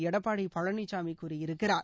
எடப்பாடி பழனிசாமி கூறியிருக்கிறார்